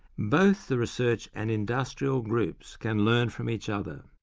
both the research and industrial groups can learn from each other.